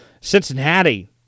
Cincinnati